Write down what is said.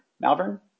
Malvern